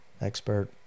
expert